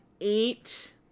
eight